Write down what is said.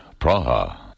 Praha